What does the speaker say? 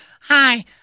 hi